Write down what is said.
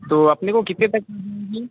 तो अपने को कितने तक